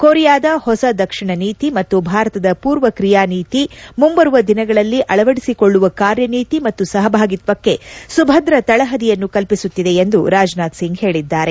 ಕೋರಿಯಾದ ಹೊಸ ದಕ್ಷಿಣ ನೀತಿ ಮತ್ತು ಭಾರತದ ಪೂರ್ವ ಕ್ರಿಯಾ ನೀತಿ ಮುಂಬರುವ ದಿನಗಳಲ್ಲಿ ಅಳವಡಿಸಿಕೊಳ್ಳುವ ಕಾರ್ಯನೀತಿ ಮತ್ತು ಸಹಭಾಗಿತ್ವಕ್ಕೆ ಸುಭದ್ರ ತಳಹದಿಯನ್ನು ಕಲ್ಪಿಸುತ್ತಿದೆ ಎಂದು ರಾಜ್ನಾಥ್ ಸಿಂಗ್ ಹೇಳಿದ್ದಾರೆ